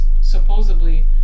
supposedly